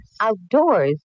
Outdoors